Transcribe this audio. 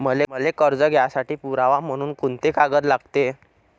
मले कर्ज घ्यासाठी पुरावा म्हनून कुंते कागद लागते?